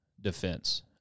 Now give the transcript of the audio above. defense